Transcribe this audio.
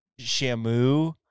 shamu